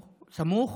חבר הכנסת מעוז, בבקשה.